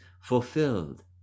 fulfilled